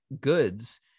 goods